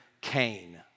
Cain